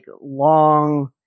long